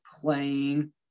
playing